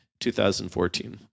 2014